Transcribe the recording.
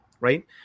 right